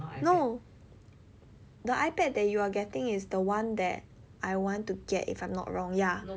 no the ipad that you are getting is the one that I want to get if I am not wrong